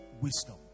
wisdom